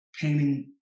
painting